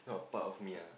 not a part of me ah